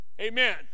Amen